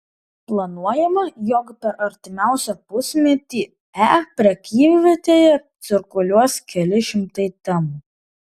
planuojama jog per artimiausią pusmetį e prekyvietėje cirkuliuos keli šimtai temų